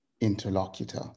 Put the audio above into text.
interlocutor